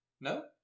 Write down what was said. No